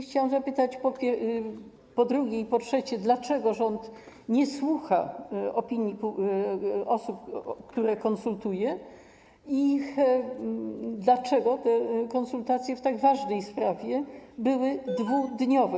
Chciałam zapytać po drugie i po trzecie: Dlaczego rząd nie słucha opinii osób, z którymi się konsultuje, i dlaczego konsultacje w tak ważnej sprawie były 2-dniowe?